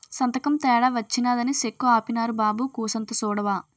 సంతకం తేడా వచ్చినాదని సెక్కు ఆపీనారు బాబూ కూసంత సూడవా